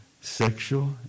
sexual